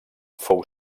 fou